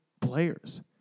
players